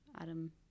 adam